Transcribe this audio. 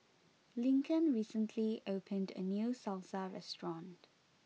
Lincoln recently opened a new Salsa restaurant